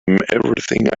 everything